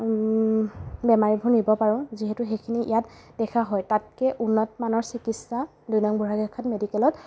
বেমাৰীবোৰ নিব পাৰোঁ যিহেতু এইখিনি ইয়াত দেখা হয় তাতকৈ উন্নত মানৰ চিকিৎসা দুই নং বুঢ়াগোঁসাইখাট মেডিকেলত